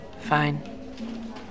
Fine